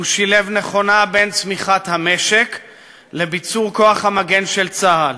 הוא שילב נכונה בין צמיחת המשק לביצור כוח המגן של צה"ל,